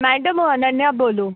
madam હું અનન્યા બોલું